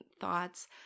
thoughts